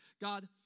God